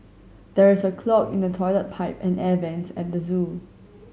there is a clog in the toilet pipe and the air vents at the zoo